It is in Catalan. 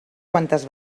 quantes